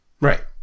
right